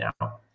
now